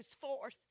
forth